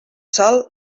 sol